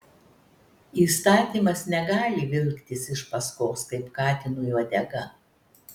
įstatymas negali vilktis iš paskos kaip katinui uodega